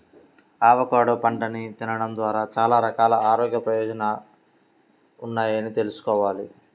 avocado పండుని తినడం ద్వారా చాలా రకాల ఆరోగ్య ప్రయోజనాలున్నాయని తెల్సుకోవాలి